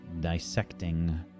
dissecting